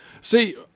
See